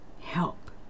help